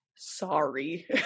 sorry